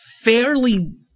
fairly